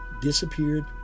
disappeared